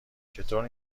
چطور